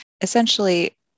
essentially